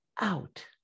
out